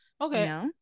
Okay